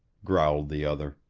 growled the other.